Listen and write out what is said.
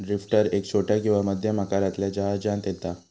drifter एक छोट्या किंवा मध्यम आकारातल्या जहाजांत येता